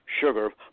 sugar